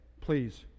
please